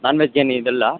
ನಾನ್ veg ಏನು ಇದಿಲ್ಲ